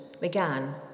began